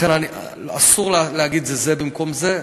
לכן, אסור להגיד זה במקום זה.